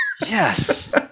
Yes